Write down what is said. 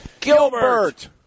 Gilbert